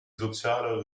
soziale